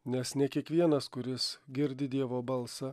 nes ne kiekvienas kuris girdi dievo balsą